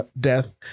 death